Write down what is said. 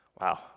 Wow